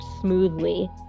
smoothly